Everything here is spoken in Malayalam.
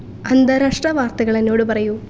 അന്താരാഷ്ട്രാ വാർത്തകളെന്നോട് പറയൂ